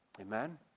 Amen